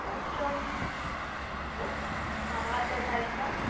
pope John pope आ आतां येता आयकपाक